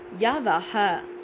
Yavaha